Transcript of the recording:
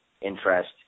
interest